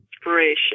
inspiration